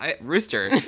rooster